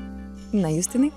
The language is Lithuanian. na justinai